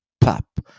pop